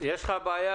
יש בעיה